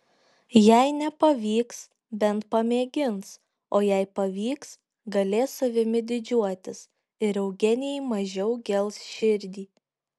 jei nepavyks bent pamėgins o jei pavyks galės savimi didžiuotis ir eugenijai mažiau gels širdį